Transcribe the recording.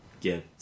get